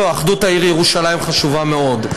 לא, אחדות העיר ירושלים חשובה מאוד.